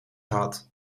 gehad